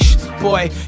Boy